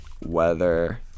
Weather